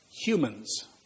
humans